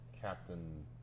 Captain